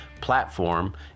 platform